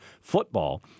football